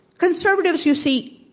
conservatives, you see,